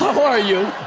how are you?